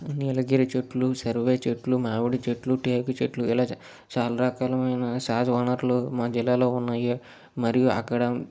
నీలగిరి చెట్లు సర్వే చెట్లు మామిడి చెట్లు టేకు చెట్లు ఇలా చాలా రకాలమైన సహజవనరులు మా జిల్లాలో ఉన్నాయి మరియు అక్కడ